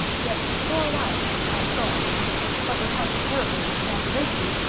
yet, for a while, i saw but with how terrible an exaggeration!